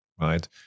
right